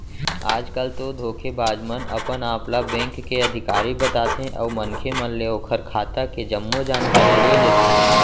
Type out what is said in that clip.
आज कल तो धोखेबाज मन अपन आप ल बेंक के अधिकारी बताथे अउ मनखे मन ले ओखर खाता के जम्मो जानकारी ले लेथे